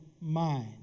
mind